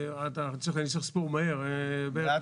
בערך